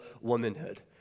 womanhood